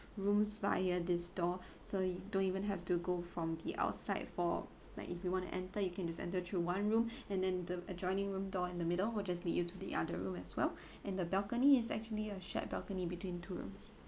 rooms via this door so you don't even have to go from the outside for like if you want to enter you can just enter through one room and then the adjoining room door in the middle will just lead you to the other room as well and the balcony is actually a shared balcony between two rooms